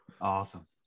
Awesome